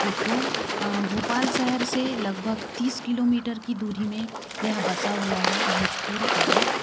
उसको भोपाल शहर से लगभग तीस किलोमीटर की दूरी में यह बसा हुआ है भोजपुर गाँव